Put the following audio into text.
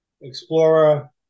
explorer